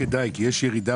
יש ירידה